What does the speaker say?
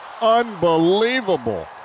Unbelievable